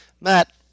Matt